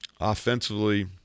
offensively